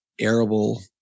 arable